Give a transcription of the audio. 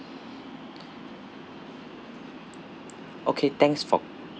okay thanks for